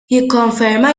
jikkonferma